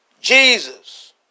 Jesus